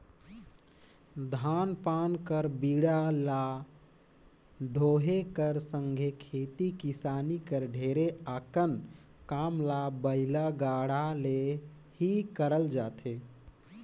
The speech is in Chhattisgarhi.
धान पान कर बीड़ा ल डोहे कर संघे खेती किसानी कर ढेरे अकन काम ल बइला गाड़ा ले ही करल जाथे